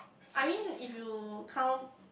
I mean if you count